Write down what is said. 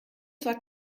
zwar